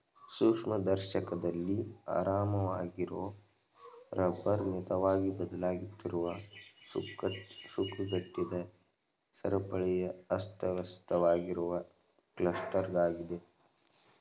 ಸೂಕ್ಷ್ಮದರ್ಶಕದಲ್ಲಿ ಆರಾಮವಾಗಿರೊ ರಬ್ಬರ್ ಮಿತವಾಗಿ ಬದಲಾಗುತ್ತಿರುವ ಸುಕ್ಕುಗಟ್ಟಿದ ಸರಪಳಿಯ ಅಸ್ತವ್ಯಸ್ತವಾಗಿರುವ ಕ್ಲಸ್ಟರಾಗಿದೆ